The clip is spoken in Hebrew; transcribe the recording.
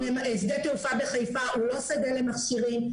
שדה תעופה בחיפה הוא לא שדה למכשירים,